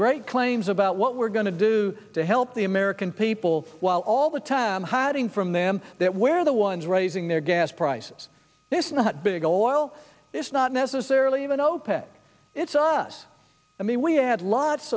great claims about what we're going to do to help the american people all the time hiding from them that where the ones raising their gas prices this is not big oil it's not necessarily even opec it's us i mean we had lots